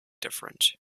different